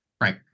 Right